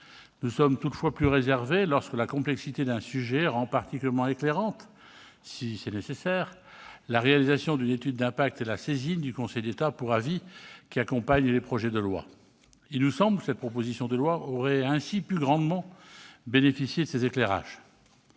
Il est toutefois plus réservé lorsque la complexité d'un sujet rend particulièrement éclairantes, sinon nécessaires, la réalisation d'une étude d'impact et la saisine du Conseil d'État pour avis qui accompagnent les textes. Cette proposition de loi aurait ainsi pu grandement bénéficier de tels éclairages.